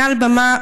מעל הבמה,